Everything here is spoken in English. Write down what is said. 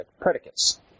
Predicates